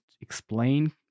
explain